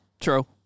True